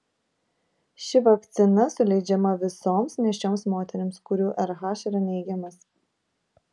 ši vakcina suleidžiama visoms nėščioms moterims kurių rh yra neigiamas